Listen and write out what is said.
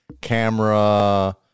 camera